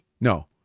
No